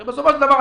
הרי בסופו של דבר,